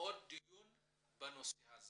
עוד דיון בנושא.